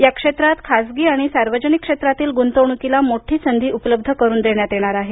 या क्षेत्रात खासगी आणि सार्वजनिक क्षेत्रातील गुंतवणूकीला मोठी संधी उपलब्ध करून देण्यात येणार आहे